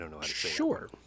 Sure